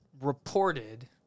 reported